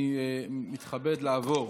אני מתכבד לעבור,